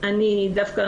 כי האגן כולו מכווץ,